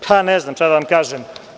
Pa, ne znam šta da vam kažem.